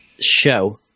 show